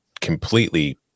completely